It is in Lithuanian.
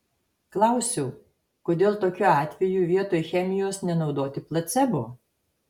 klausiau kodėl tokiu atveju vietoj chemijos nenaudoti placebo